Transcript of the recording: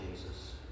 Jesus